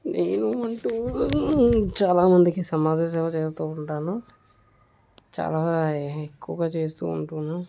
నేను అంటూ చాలా మందికి సమాజ సేవ చేస్తూ ఉంటాను చాలా ఎక్కువగా చేస్తూ ఉంటాను